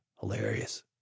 hilarious